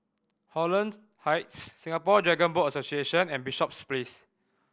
Holland Heights Singapore Dragon Boat Association and Bishops Place